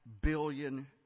billion